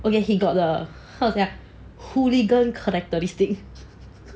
okay he got the how to say that ah hooligan characteristic